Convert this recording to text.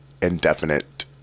indefinite